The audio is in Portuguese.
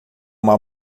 uma